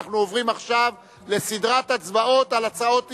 אנחנו עוברים עכשיו לסדרת הצבעות על הצעות אי-האמון.